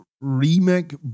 remake